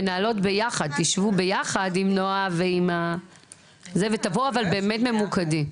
תשבו ביחד עם נועה ותבואו באמת ממוקדים.